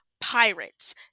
pirates